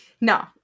No